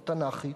התנ"כית,